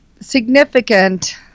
significant